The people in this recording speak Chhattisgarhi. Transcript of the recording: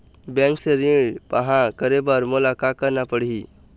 बैंक से ऋण पाहां करे बर मोला का करना पड़ही?